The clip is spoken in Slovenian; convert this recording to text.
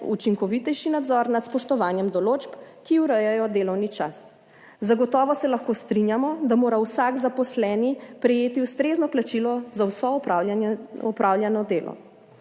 učinkovitejši nadzor nad spoštovanjem določb, ki urejajo delovni čas. Zagotovo se lahko strinjamo, da mora vsak zaposleni prejeti ustrezno plačilo za vso opravljeno delo.